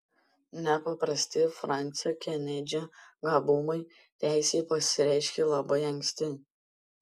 nepaprasti fransio kenedžio gabumai teisei pasireiškė labai anksti